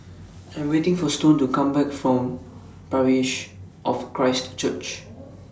I Am waiting For Stone to Come Back from Parish of Christ Church